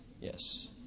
Yes